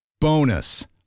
Bonus